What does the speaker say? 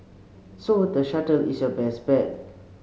so the shuttle is your best bet